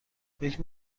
فکر